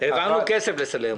העברנו כסף לסלי המזון.